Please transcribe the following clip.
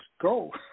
go